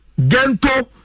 Gento